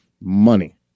money